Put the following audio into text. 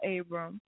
Abram